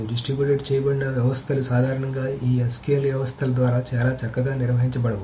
distributed చేయబడిన వ్యవస్థలు సాధారణంగా ఈ SQL వ్యవస్థల ద్వారా చాలా చక్కగా నిర్వహించబడవు